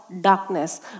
darkness